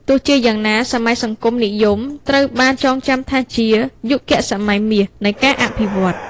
ទោះជាយ៉ាងណា សម័យសង្គមរាស្រ្តនិយមត្រូវបានចងចាំថាជា "យុគសម័យមាស" នៃការអភិវឌ្ឍ។